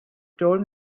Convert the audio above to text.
told